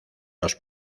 los